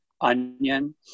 onion